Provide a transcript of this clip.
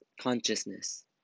consciousness